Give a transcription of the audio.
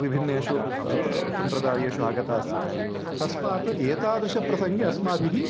विभिन्नेषु सम्प्रदायेषु आगताःसन्ति तस्मात् एतादृशप्रसङ्गे अस्माभिः